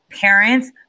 parents